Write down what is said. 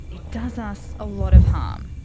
it does us a lot of harm.